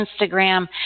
Instagram